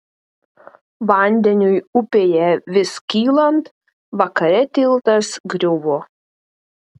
vandeniui upėje vis kylant vakare tiltas griuvo